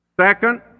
Second